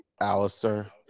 Alistair